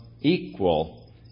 equal